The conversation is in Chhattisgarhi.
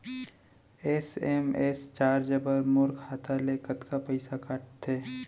एस.एम.एस चार्ज बर मोर खाता ले कतका पइसा कटथे?